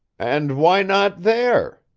and why not there?